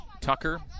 Tucker